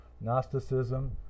Gnosticism